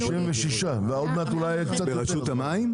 של רשות המים?